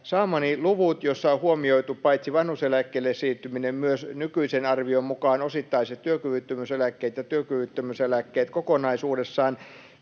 Saamani luvut, joissa on huomioitu paitsi vanhuuseläkkeelle siirtyminen myös nykyisen arvion mukaan osittaiset työkyvyttömyyseläkkeet ja työkyvyttömyyseläkkeet kokonaisuudessaan,